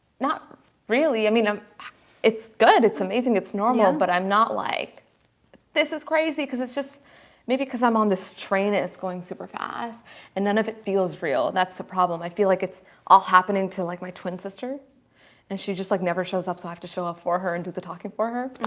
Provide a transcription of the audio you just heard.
not really. i mean, i'm it's good. it's amazing. it's normal, but i'm not like this is crazy because it's just maybe because i'm on this train it's going super fast and then of it feels real that's the problem i feel like it's all happening to like my twin sister and she just like never shows up so i have to show up ah for her and do the talking for her